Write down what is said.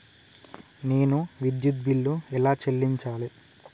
నేను విద్యుత్ బిల్లు ఎలా చెల్లించాలి?